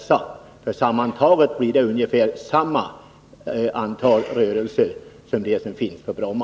Sammantaget på de mindre flygplatserna blir det nämligen ungefär samma antal rörelser som på Bromma.